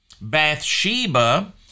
Bathsheba